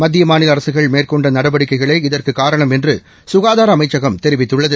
மத்திய மாநில அரசுகள் மேற்கொண்ட நடவடிக்கைகளே இதற்குக் காரணம் என்று க்காதர அமைச்சகம் தெரிவித்துள்ளது